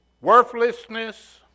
worthlessness